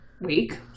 week